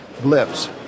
blips